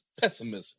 Pessimism